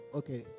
okay